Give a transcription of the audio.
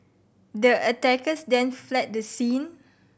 the attackers then fled the scene